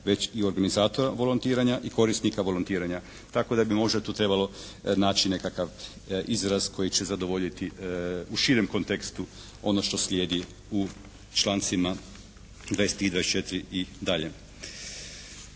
već i organizatora volontiranja i korisnika volontiranja tako da bi možda tu trebalo naći nekakav izraz koji će zadovoljiti u širem kontekstu ono što slijedi u člancima 20, 24 i dalje.